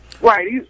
Right